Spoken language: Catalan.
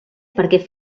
perquè